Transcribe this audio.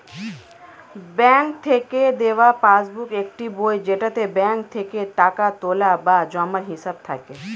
bank থেকে দেওয়া passbook একটি বই যেটাতে ব্যাঙ্ক থেকে টাকা তোলা বা জমার হিসাব থাকে